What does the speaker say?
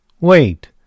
Wait